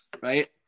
Right